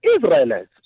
israelis